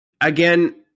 again